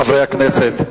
חברי הכנסת,